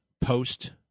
post